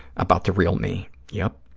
about the real me. yeah